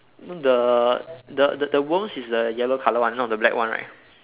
the the the the worms is the yellow colour one not the black one right